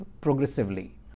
progressively